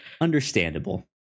Understandable